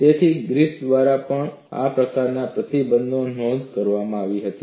તેથી ગ્રિફિથ દ્વારા પણ આ પ્રકારના પ્રતિબંધની નોંધ લેવામાં આવી હતી